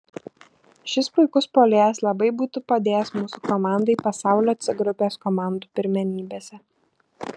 šis puikus puolėjas labai būtų padėjęs mūsų komandai pasaulio c grupės komandų pirmenybėse